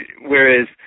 whereas